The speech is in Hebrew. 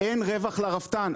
אין רווח לרפתן.